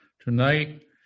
tonight